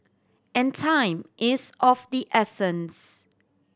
and time is of the essence